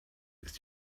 ist